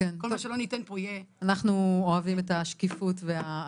כל מה שלא ניתן פה יהיה --- אנחנו אוהבים את השיקוף והאסדרה.